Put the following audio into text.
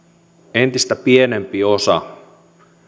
entistä pienempi osa